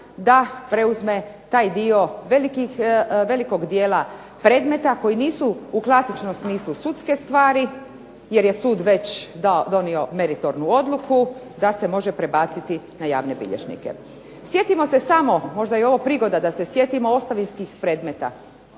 da preuzme taj dio velikog dijela predmeta koji nisu u klasičnom smislu sudske stvari jer je sud već donio meritornu odluku da se može prebaciti na javne bilježnike. Sjetimo se samo, možda je ovo prigoda da se sjetimo ostavinskih predmeta.